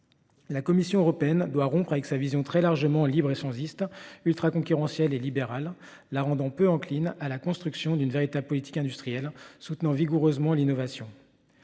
ce constat : elle doit rompre avec sa vision très largement libre-échangiste, ultra-concurrentielle et libérale, qui la rend peu encline à construire une véritable politique industrielle soutenant vigoureusement l’innovation.